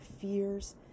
fears